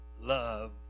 love